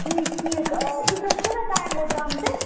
ٹھیٖک ٹھیٖک آ شُگرَس کوٗتاہ ٹایم گوٚو درٛامتِس